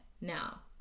now